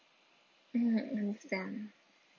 mm mm understand